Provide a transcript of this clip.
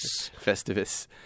Festivus